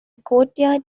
courtyard